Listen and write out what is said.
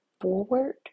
forward